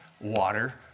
water